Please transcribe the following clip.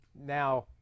Now